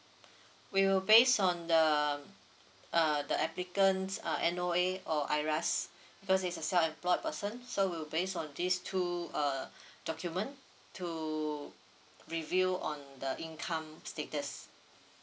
we will based on the uh the applicant's uh N_O_A or I_R_A_S because it's a self employed person so we'll based on this two uh document to review on the income status